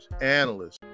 analysts